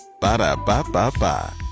Ba-da-ba-ba-ba